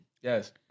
Yes